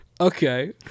Okay